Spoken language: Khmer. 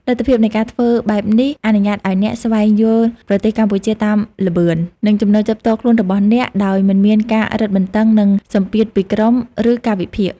លទ្ធភាពនៃការធ្វើបែបនេះអនុញ្ញាតឱ្យអ្នក ស្វែងយល់ប្រទេសកម្ពុជាតាមល្បឿន និងចំណូលចិត្តផ្ទាល់ខ្លួនរបស់អ្នក ដោយមិនមានការរឹតបន្តឹង ឬសម្ពាធពីក្រុម ឬកាលវិភាគ។